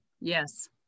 yes